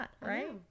right